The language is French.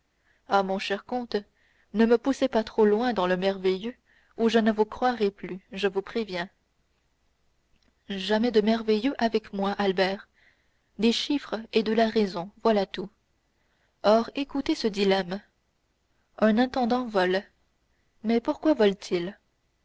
ah mon cher comte ne me poussez pas trop loin dans le merveilleux ou je ne vous croirai plus je vous préviens jamais de merveilleux avec moi albert des chiffres et de la raison voilà tout or écoutez ce dilemme un intendant vole mais pourquoi vole t il